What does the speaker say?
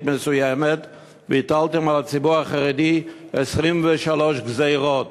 מסוימת והטלתם על הציבור החרדי 23 גזירות,